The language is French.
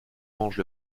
manges